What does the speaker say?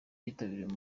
cyitabiriwe